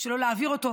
שלא להעביר אותו,